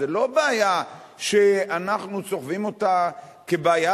זו לא בעיה שאנחנו סוחבים אותה כבעיה